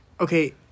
Okay